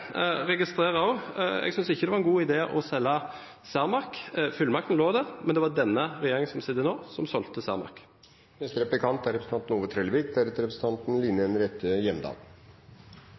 synes ikke det var en god idé å selge Cermaq. Fullmakten lå der, men det var denne regjeringen som sitter nå, som solgte Cermaq. Me har fått ei regjering som er